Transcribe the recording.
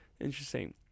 Interesting